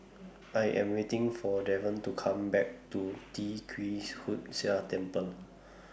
I Am waiting For Daren to Come Back to Tee Kwee Hood Sia Temple